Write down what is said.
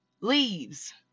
leaves